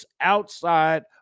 outside